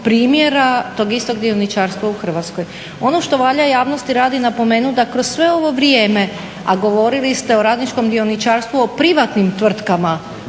primjera tog istog dioničarstva u Hrvatskoj. Ono što valja, javnosti radi, napomenuti da kroz sve ovo vrijeme, a govorili ste o radničkom dioničarstvu o privatnim tvrtkama